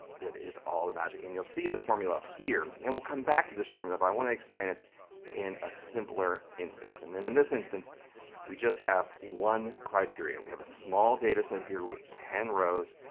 that has all the magic, and you'll see the formula up here, and we'll come back to this formula, but i want to explain it in a simpler instance. and and in this instance we just have one criteria, we have a small data set here with ten rows.